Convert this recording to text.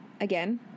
Again